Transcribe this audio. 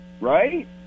Right